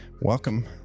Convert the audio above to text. Welcome